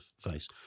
face